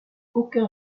aucun